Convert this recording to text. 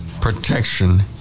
protection